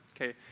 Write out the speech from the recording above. okay